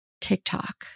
TikTok